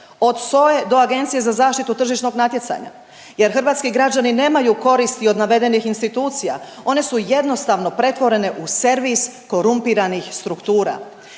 od SOA-e do Agencije za zaštitu tržišnog natjecanja jer hrvatski građani nemaju koristi od navedenih institucija. One su jednostavno pretvorene u servis korumpiranih struktura.